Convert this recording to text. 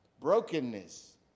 brokenness